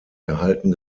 erhalten